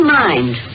mind